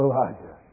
Elijah